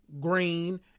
Green